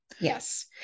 yes